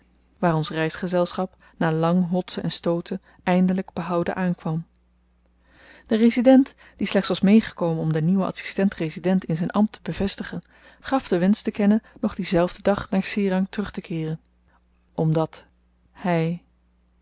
waar ons reisgezelschap na lang hotsen en stooten eindelyk behouden aankwam de resident die slechts was meegekomen om den nieuwen adsistent resident in zyn ambt te bevestigen gaf den wensch te kennen nog dienzelfden dag naar serang terugtekeeren omdat hy